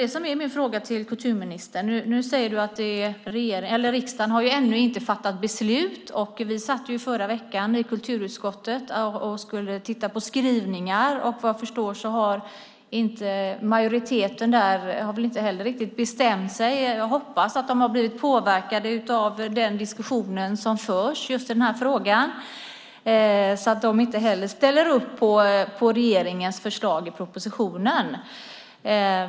Riksdagen har ännu inte fattat beslut. I förra veckan satt vi i kulturutskottet och skulle titta på skrivningar. Vad jag förstår har majoriteten inte riktigt bestämt sig. Jag hoppas att man har blivit påverkad av den diskussion som förs i denna fråga och inte heller ställer upp på regeringens förslag i propositionen.